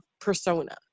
persona